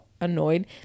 annoyed